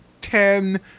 ten